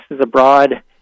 abroad